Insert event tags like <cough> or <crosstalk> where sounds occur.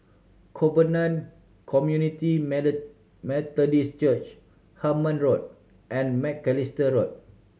Covenant Community <unintelligible> Methodist Church Hemmant Road and Macalister Road